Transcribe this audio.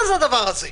מה זה הדבר הזה?